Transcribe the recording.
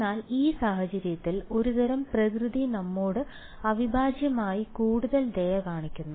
എന്നാൽ ഈ സാഹചര്യത്തിൽ ഒരുതരം പ്രകൃതി നമ്മോട് അവിഭാജ്യമായി കൂടുതൽ ദയ കാണിക്കുന്നു